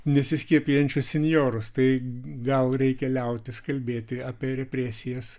nesiskiepijančius senjorus tai gal reikia liautis kalbėti apie represijas